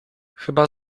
chyba